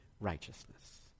righteousness